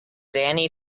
dani